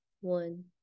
one